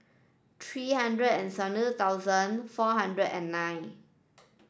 three hundred and seventy two thousand four hundred and nine